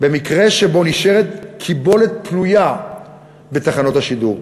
במקרה שנשארת קיבולת פנויה בתחנות השידור.